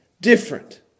different